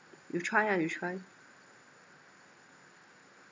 you try ah you try